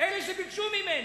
אלה שביקשו ממני.